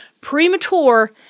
premature